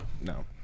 No